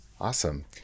Awesome